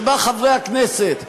שבה חברי הכנסת,